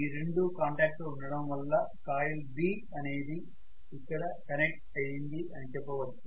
ఈ రెండూ కాంటాక్ట్ లో ఉండటం వల్ల కాయిల్ B అనేది ఇక్కడ కనెక్ట్ అయింది అని చెప్పవచ్చు